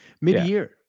mid-year